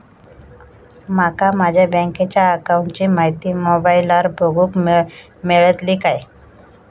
माका माझ्या बँकेच्या अकाऊंटची माहिती मोबाईलार बगुक मेळतली काय?